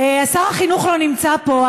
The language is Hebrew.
שר החינוך לא נמצא פה,